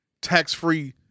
tax-free